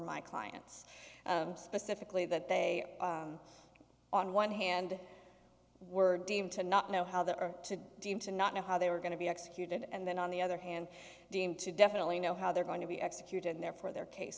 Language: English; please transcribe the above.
my clients specifically that they on one hand were deemed to not know how they are to deem to not know how they were going to be executed and then on the other hand deemed to definitely know how they're going to be executed